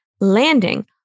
landing